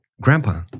Grandpa